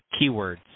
keywords